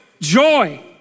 Joy